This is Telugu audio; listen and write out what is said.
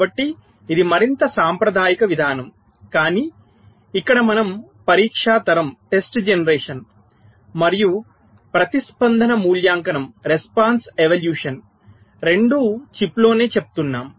కాబట్టి ఇది మరింత సాంప్రదాయిక విధానం కానీ ఇక్కడ మనం పరీక్ష తరం మరియు ప్రతిస్పందన మూల్యాంకనం రెండూ చిప్లోనే చేస్తున్నాము